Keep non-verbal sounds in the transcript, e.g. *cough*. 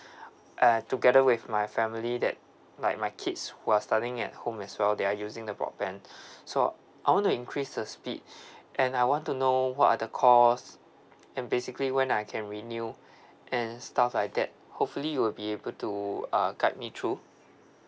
*breath* eh together with my family that like my kids who are studying at home as well they are using the broadband *breath* so I want to increase the speed *breath* and I want to know what are the cost and basically when I can renew *breath* and stuff like that hopefully you'll be able to uh guide me through